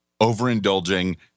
overindulging